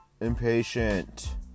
impatient